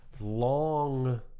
Long